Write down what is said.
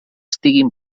estiguin